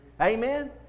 Amen